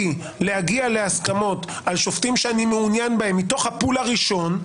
להגיע להסכמות על שופטים שאני מעוניין בהם מתוך ה-פול הראשון,